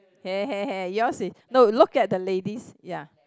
yours is no look at the ladies ya